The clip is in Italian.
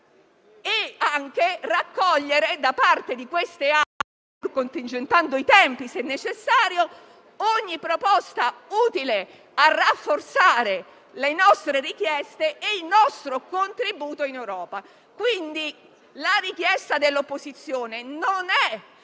e raccogliere da parte di queste Assemblee, pur contingentando i tempi se necessario, ogni proposta utile a rafforzare le nostre richieste e il nostro contributo in Europa. La richiesta dell'opposizione,